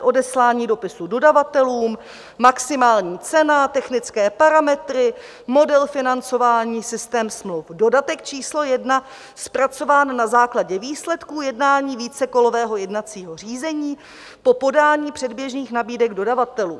V květnu 2020 odeslání dopisu dodavatelům, maximální cena, technické parametry, model financování, systém smluv, dodatek číslo 1 zpracován na základě výsledků jednání vícekolového jednacího řízení po podání předběžných nabídek dodavatelů.